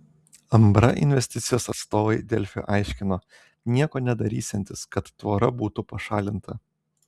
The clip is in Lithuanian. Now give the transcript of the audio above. uab ambra investicijos atstovai delfi aiškino nieko nedarysiantys kad tvora būtų pašalinta